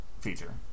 feature